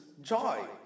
joy